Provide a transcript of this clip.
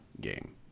game